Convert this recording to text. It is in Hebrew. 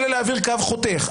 אלא להעביר קו חותך.